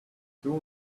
soon